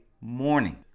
morning